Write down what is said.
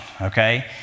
Okay